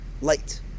light